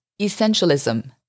Essentialism